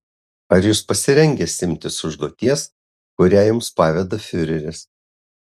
ar jūs pasirengęs imtis užduoties kurią jums paveda fiureris